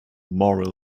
moral